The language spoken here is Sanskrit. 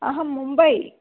अहं मुम्बै